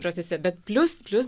procese bet plius plius